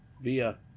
via